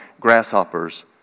grasshoppers